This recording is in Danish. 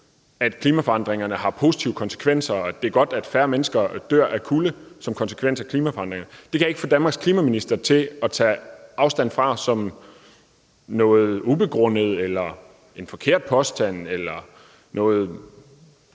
at klimaforandringerne har positive konsekvenser, og at det er godt, at færre mennesker dør af kulde som konsekvens af klimaforandringerne. Det kan jeg ikke få Danmarks klimaminister til at tage afstand fra som noget ubegrundet eller en forkert påstand, eller at